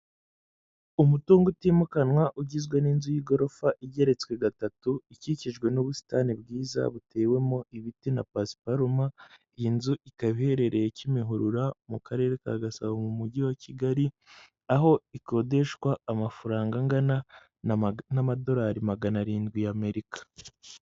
Umutungo utimukanwa ugizwe n'inzu y'igorofa igeretswe gatatu ikikijwe n'ubusitani bwiza butewemo ibiti na pasiparuma, iyi nzu ikaba iherereye Kimihurura mu karere ka Gasabo mu mujyi wa Kigali, aho ikodeshwa amafaranga angana n'amadorari magana arindwi y'Amerika.